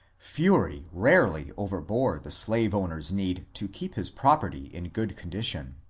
fury rarely overbore the slaveowner's need to keep his property in good condition.